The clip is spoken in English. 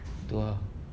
betul ah